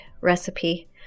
recipe